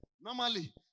Normally